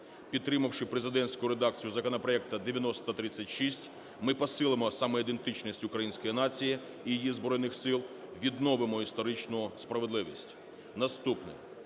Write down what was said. Підтримавши президентську редакцію законопроекту 9036, ми посилимо самоідентичність української нації і її Збройних Сил, відновимо історичну справедливість. Наступне.